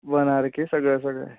one R K सगळं सगळं